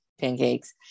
pancakes